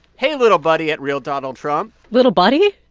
hey, little buddy, at realdonaldtrump little buddy?